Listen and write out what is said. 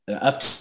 Up